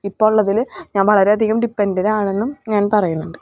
ഇപ്പോൾ ഉള്ളതിൽ ഞാൻ വളരെ അധികം ഡിപെൻറ്റഡെഡ് ആണെന്നും ഞാൻ പറയുന്നുണ്ട്